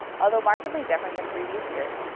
although markedly different than previous years,